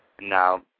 Now